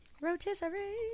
rotisserie